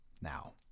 Now